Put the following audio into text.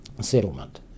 settlement